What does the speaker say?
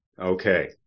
Okay